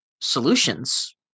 solutions